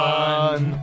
one